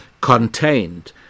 contained